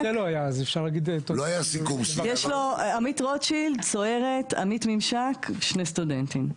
עמית רוטשילד צוערת, עמית ממשק שני סטודנטים.